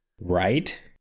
Right